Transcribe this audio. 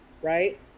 right